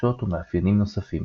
חולשות ומאפיינים נוספים,